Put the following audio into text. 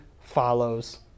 follows